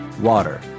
Water